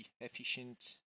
efficient